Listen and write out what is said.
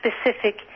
specific